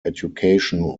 education